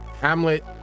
Hamlet